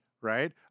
right